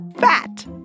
Fat